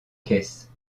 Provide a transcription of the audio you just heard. caisse